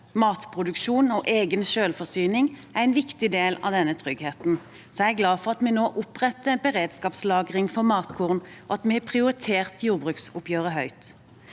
Matproduksjon og egen selvforsyning er en viktig del av denne tryggheten, så jeg er glad for at vi nå oppretter beredskapslagring for matkorn, og at vi har prioritert jordbruksoppgjøret høyt.